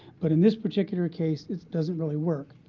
but in this particular case, it doesn't really work.